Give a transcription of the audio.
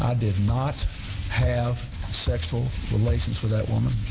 did not have sexual relations with that woman,